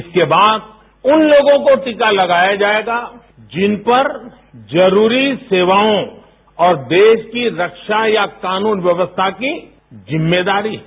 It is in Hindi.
इसके बाद उन लोगों को टीका लगाया जाएगा जिन पर जरूरी सेवाओं और देश की रक्षा या कानून व्यवस्था की जिम्मेदारी है